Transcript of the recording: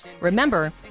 remember